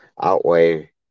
outweigh